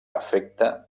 afecta